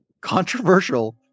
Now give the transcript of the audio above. controversial